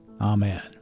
Amen